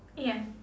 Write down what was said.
ya